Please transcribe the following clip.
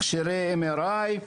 מכשירי MRI,